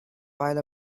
while